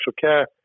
care